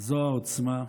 זו העוצמה,